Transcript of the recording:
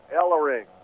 Ellering